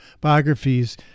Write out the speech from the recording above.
biographies